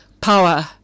power